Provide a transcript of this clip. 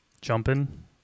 Jumping